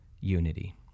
unity